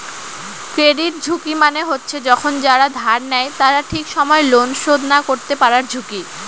credit ঝুঁকি মানে হচ্ছে যখন যারা ধার নেয় তারা ঠিক সময় লোন শোধ না করতে পারার ঝুঁকি